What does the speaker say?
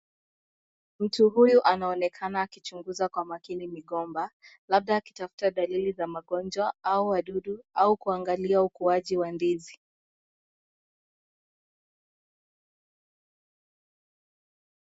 Mtu huyu anaonekana akichunguza kwa makini migomba labda akitafta dalili za magonjwa au wadudu kuangalia ukuaji wa ndizi